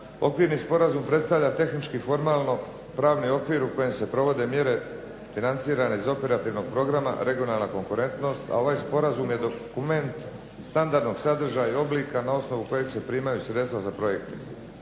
Okvirni sporazum predstavlja tehnički formalno pravni okvir u kojem se provode mjere financirane iz operativnog programa "Regionalna konkurentnost", a ovaj sporazum je dokument standardnog sadržaja i oblika na osnovu kojeg se primaju sredstva za projekte.